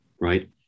right